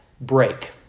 break